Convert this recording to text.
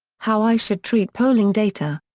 how i should treat polling data.